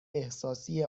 احساسی